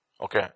Okay